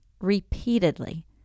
repeatedly